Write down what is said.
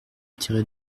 tirer